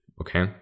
okay